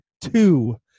two